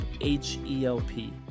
H-E-L-P